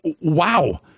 Wow